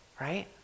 Right